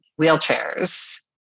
wheelchairs